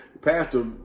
pastor